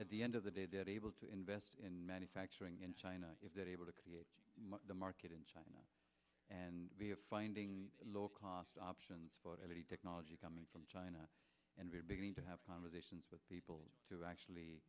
at the end of the day that able to invest in manufacturing in china if they're able to create the market in china and we're finding low cost options for energy technology coming from china and we're beginning to have conversations with people to actually